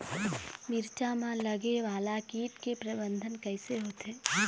मिरचा मा लगे वाला कीट के प्रबंधन कइसे होथे?